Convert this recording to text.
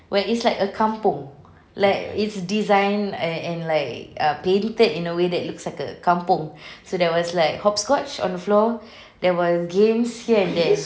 where it's like a kampung where it's design and and like err painted in a way that looks like a kampung so there was like hopscotch on the floor there were games here and there